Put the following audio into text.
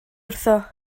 wrtho